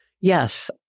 Yes